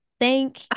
thank